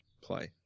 play